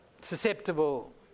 susceptible